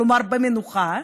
כלומר במנוחה,